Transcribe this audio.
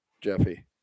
jeffy